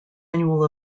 annual